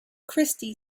christy